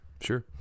sure